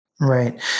Right